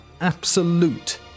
absolute